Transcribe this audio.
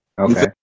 Okay